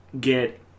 get